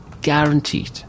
Guaranteed